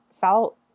felt